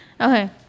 Okay